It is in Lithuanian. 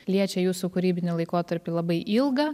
liečia jūsų kūrybinį laikotarpį labai ilgą